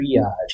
triage